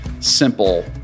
simple